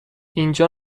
اینجا